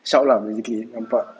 shout lah basically nampak